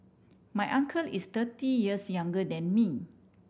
my uncle is thirty years younger than me